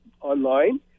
online